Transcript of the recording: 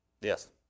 Yes